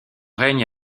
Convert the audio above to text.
règne